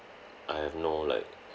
I have no like